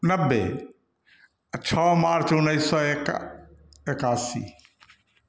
नब्बे छह मार्च उन्नीस सौ एका एकासी